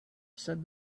said